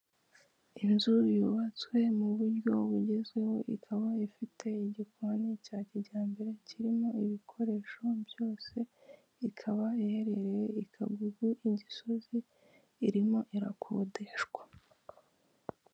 Inzu yubatswe mu buryo bugezweho, ikaba ifite igikoni cya kijyambere kirimo ibikoresho byose, ikaba iherereye i Kagugu, i Gisozi irimo irakodeshwa.